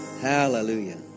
Hallelujah